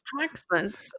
Excellent